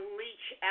leach